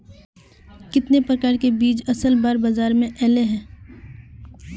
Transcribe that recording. कितने प्रकार के बीज असल बार बाजार में ऐले है?